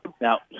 Now